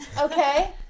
Okay